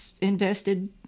invested